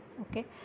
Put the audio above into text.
okay